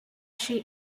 she